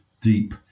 deep